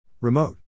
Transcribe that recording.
Remote